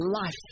life